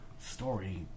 story